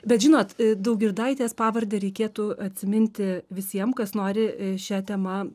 bet žinot daugirdaitės pavardę reikėtų atsiminti visiem kas nori šia tema